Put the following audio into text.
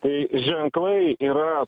tai ženklai yra